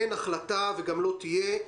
אין החלטה וגם לא תהיה.